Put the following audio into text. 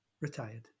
retired